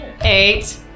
Eight